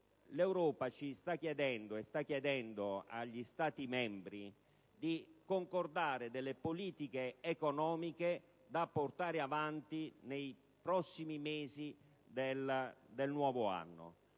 l'Europa ci sta chiedendo - e sta chiedendo agli Stati membri - di concordare delle politiche economiche da portare avanti nei prossimi mesi del nuovo anno.